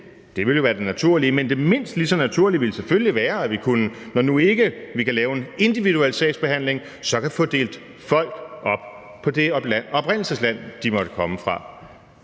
Det ville jo være det naturlige. Men det mindst lige så naturlige ville selvfølgelig være, når vi nu ikke kan lave en individuel sagsbehandling, så at få delt folk op efter det oprindelsesland, de måtte komme fra.